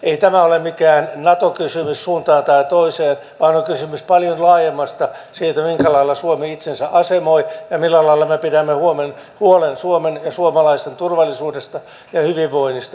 ei tämä ole mikään nato kysymys suuntaan tai toiseen vaan on kysymys paljon laajemmasta siitä millä lailla suomi itsensä asemoi ja millä lailla me pidämme huolen suomen ja suomalaisten turvallisuudesta ja hyvinvoinnista